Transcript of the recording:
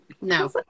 no